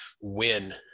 win